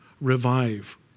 Revive